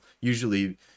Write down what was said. Usually